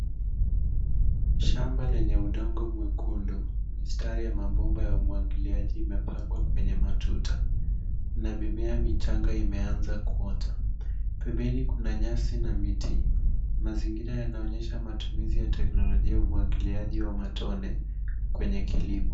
Shamba lenye udongo mwekundu, mistari ya mabomba ya umwagiliaji imepangwa kwenye matuta na mimea michanga imeanza kuota. Pembeni kuna nyasi na miti. Mazingira yanaonyesha matumizi ya teknolojia umwagiliaji wa matone kwenye kilimo.